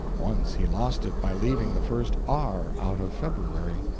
once he lost it by leaving the first r out of february.